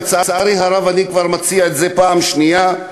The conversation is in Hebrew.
לצערי הרב אני כבר מציע את זה בפעם השנייה,